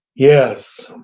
yes.